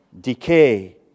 decay